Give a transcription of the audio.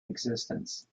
existence